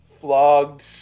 Flogged